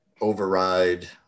override